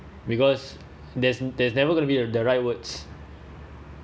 because there's there's never gonna be the the right words